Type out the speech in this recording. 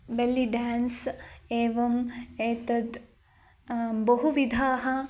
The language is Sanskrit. बेल्लि ड्यान्स् एवम् एतद् बहुविधाः